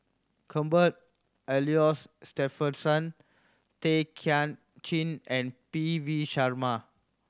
Cuthbert Aloysius Shepherdson Tay Kay Chin and P V Sharma